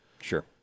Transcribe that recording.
Sure